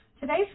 Today's